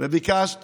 וביקשת